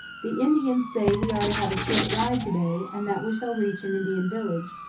the indians say we are to have a short ride to-day and that we shall reach an indian village,